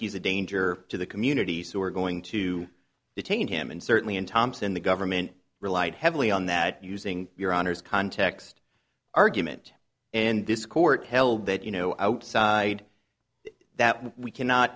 a danger to the community so we're going to detain him and certainly in thompson the government relied heavily on that using your honour's context argument and this court held that you know outside that we cannot